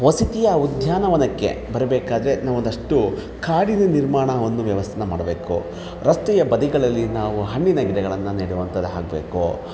ವಸತಿಯ ಉದ್ಯಾನವನಕ್ಕೆ ಬರಬೇಕಾದರೆ ನಾವೊಂದಷ್ಟು ಕಾಡಿನ ನಿರ್ಮಾಣದ ಒಂದು ವ್ಯವಸ್ಥೆನ ಮಾಡಬೇಕು ರಸ್ತೆಯ ಬದಿಗಳಲ್ಲಿ ನಾವು ಹಣ್ಣಿನ ಗಿಡಗಳನ್ನು ನೆಡುವಂಥದ್ದಾಗ್ಬೇಕು